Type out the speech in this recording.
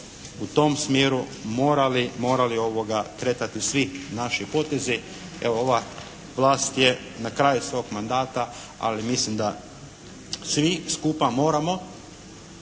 u tom smjeru morali kretati svi naši potezi. Evo, ova vlast je na kraju svog mandata ali mislim da svi skupa moramo